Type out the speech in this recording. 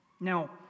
Now